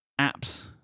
apps